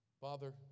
Father